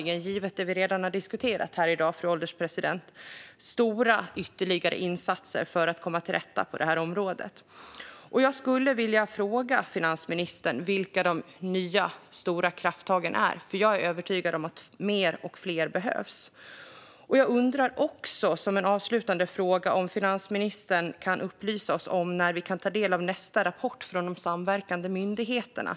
Givet det vi har diskuterat här i dag, fru ålderspresident, behövs det uppenbarligen stora ytterligare insatser för att komma till rätta med problemen på det här området. Jag skulle vilja fråga finansministern vilka de nya stora krafttagen är. Jag är övertygad om att mer och fler behövs. Jag undrar också, som en avslutande fråga, om finansministern kan upplysa oss om när vi kan ta del av nästa rapport från de samverkande myndigheterna.